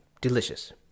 Delicious